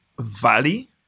valley